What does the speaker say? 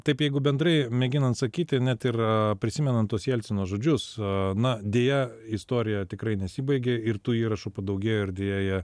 taip jeigu bendrai mėginant sakyti net ir prisimenant tuos jelcino žodžius na deja istorija tikrai nesibaigė ir tų įrašų padaugėjo ir deja jie